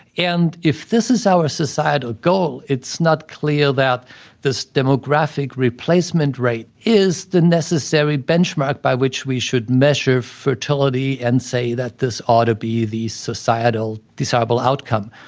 and if this is our societal goal, it's not clear that this demographic replacement rate is the necessary benchmark by which we should measure fertility and say that this ought to be the societal, desirable outcome.